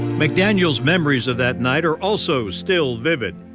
mcdaniels memories of that night are also still vivid.